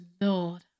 Lord